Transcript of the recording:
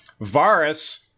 Varus